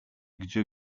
gdzie